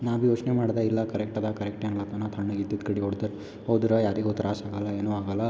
ನಾ ಬಿ ಯೋಚನೆ ಮಾಡ್ದೆ ಇಲ್ಲ ಕರೆಕ್ಟದ ಕರೆಕ್ಟೇ ಅನ್ಲತಾನ ತಣ್ಣಗಿದಿದ್ದ ಕಡೆ ಹೊರ್ಡ್ತಾರ ಹೋದ್ರೆ ಯಾರಿಗು ತ್ರಾಸ ಆಗೋಲ್ಲ ಏನು ಆಗೋಲ್ಲ